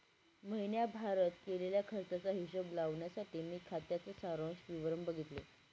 महीण्याभारत केलेल्या खर्चाचा हिशोब लावण्यासाठी मी खात्याच सारांश विवरण बघितले